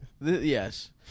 yes